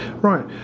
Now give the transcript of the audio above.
Right